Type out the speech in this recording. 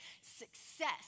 success